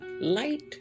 light